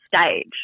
stage